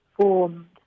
formed